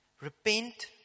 Repent